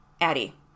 Addie